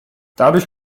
dadurch